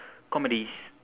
comedies